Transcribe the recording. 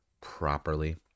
properly